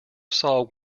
saw